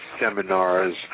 seminars